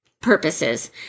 purposes